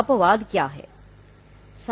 अपवाद क्या हैं